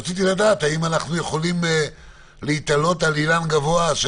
רציתי לדעת האם אנחנו יכולים להיתלות על אילן גבוה של